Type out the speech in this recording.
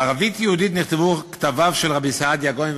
בערבית-יהודית נכתבו כתביו של רבי סעדיה גאון,